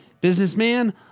businessman